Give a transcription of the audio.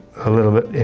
a little bit,